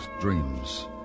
dreams